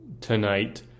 tonight